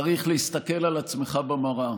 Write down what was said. צריך להסתכל על עצמך במראה,